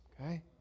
okay